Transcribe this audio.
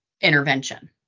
intervention